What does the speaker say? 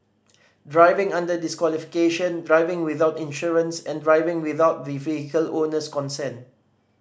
driving under disqualification driving without insurance and driving without the vehicle owner's consent